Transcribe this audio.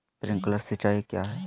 Sprinkler सिंचाई क्या है?